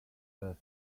his